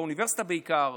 באוניברסיטה בעיקר,